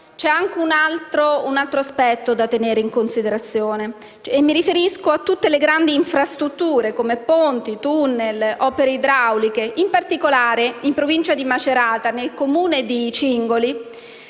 case c’è un altro aspetto da tenere in considerazione. Mi riferisco a tutte le grandi infrastrutture, come ponti, tunnel, opere idrauliche. In particolare, in Provincia di Macerata, nel Comune di Cingoli,